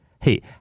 Hey